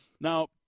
Now